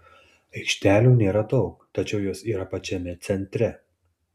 aikštelių nėra daug tačiau jos yra pačiame centre